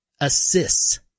assists